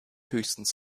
höchstens